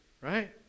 Right